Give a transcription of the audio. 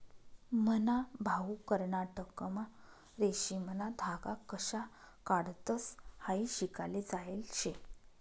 मन्हा भाऊ कर्नाटकमा रेशीमना धागा कशा काढतंस हायी शिकाले जायेल शे